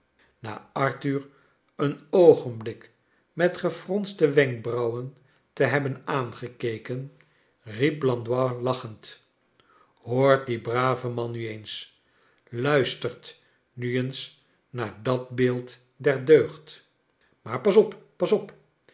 na arthur een oogenblik met gefronste wenkbrauwen te hebben aangekeken riep blandois lachend hoort dien braven man nu eens luistert nu eens naar dat beeld der deugdt maar pas op pas op